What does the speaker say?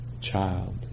child